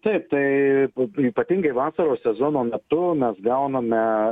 taip tai ypatingai vasaros sezono metu mes gauname